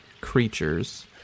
creatures